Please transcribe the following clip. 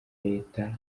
leta